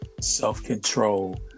self-control